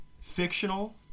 fictional